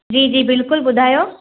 जी जी बिल्कुलु ॿुधायो